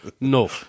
No